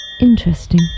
interesting